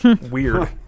Weird